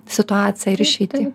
situaciją ir išeitį